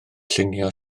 llunio